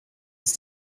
ist